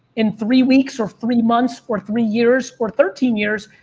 in three weeks or three months or three years or thirteen years,